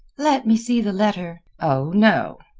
let me see the letter. oh, no.